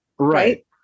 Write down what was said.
right